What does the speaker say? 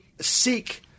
seek